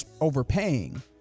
overpaying